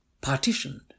partitioned